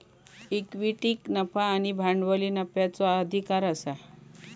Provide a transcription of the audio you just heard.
इक्विटीक नफा आणि भांडवली नफ्याचो अधिकार आसा